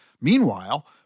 Meanwhile